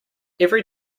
every